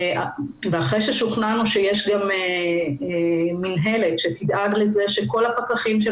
אחרי ששוכנענו שיש גם מינהלת שתדאג לזה שכל הפקחים של